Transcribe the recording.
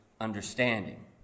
understanding